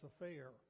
affair